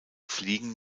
fliegen